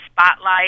spotlight